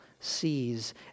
sees